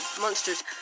monsters